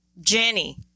Jenny